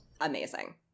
Amazing